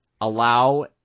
allow